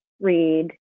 read